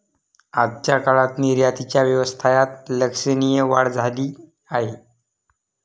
आजच्या काळात निर्यातीच्या व्यवसायात लक्षणीय वाढ झाली आहे